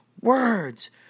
words